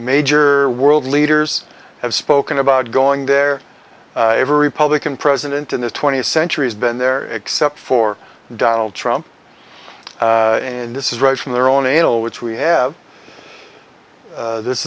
major world leaders have spoken about going there every republican president in the twentieth century has been there except for donald trump in this is right from their own in a which we have this